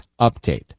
update